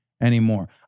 anymore